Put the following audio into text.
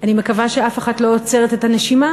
אני מקווה שאף אחת לא עוצרת את הנשימה,